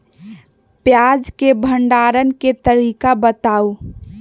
प्याज के भंडारण के तरीका बताऊ?